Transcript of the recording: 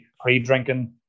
pre-drinking